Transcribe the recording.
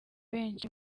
benshi